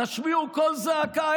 תשמיעו קול זעקה.